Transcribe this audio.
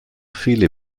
viele